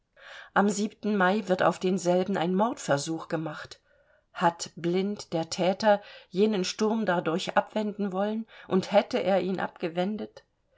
am mai wird auf denselben ein mordversuch gemacht hat blind der thäter jenen sturm dadurch abwenden wollen und hätte er ihn abgewendet